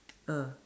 ah